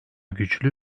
güçlü